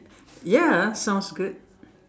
ya sounds good